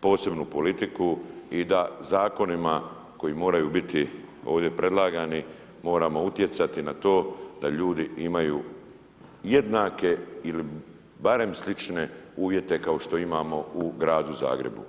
posebnu politiku i da zakonima koji moraju biti ovdje predlagani, moramo utjecati na to da ljudi imaju jednake ili barem slične uvjete kao što imamo u gradu Zagrebu.